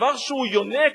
כבר כשהוא יונק,